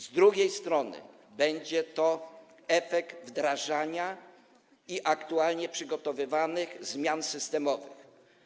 Z drugiej strony będzie to efekt wdrażania aktualnie przygotowywanych zmian systemowych.